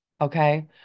Okay